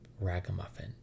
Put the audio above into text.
Ragamuffin